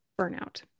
burnout